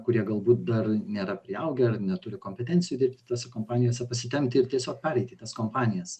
kurie galbūt dar nėra priaugę ar neturi kompetencijų dirbti tose kompanijose pasitempti ir tiesiog pereit į tas kompanijas